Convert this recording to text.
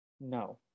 No